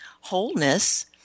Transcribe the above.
wholeness